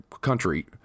country